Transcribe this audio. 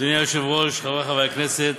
היושב-ראש, חברי חברי הכנסת,